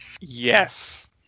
Yes